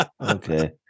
Okay